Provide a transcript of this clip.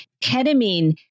Ketamine